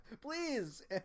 please